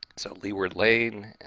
so leeward lane,